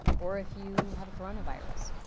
or if you have a coronavirus?